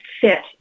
fit